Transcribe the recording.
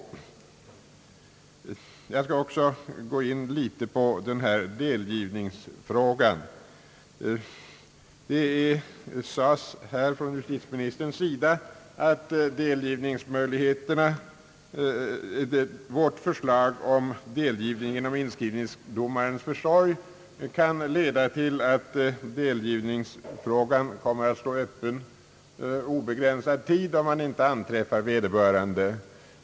Jag skall också litet grand gå in på delgivningsfrågan. Justitieministern sade, att vårt förslag om delgivning genom inskrivningsdomarens försorg kan leda till att delgivningsfrågan kommer att stå öppen obegränsad tid, om man inte anträffar vederbörande.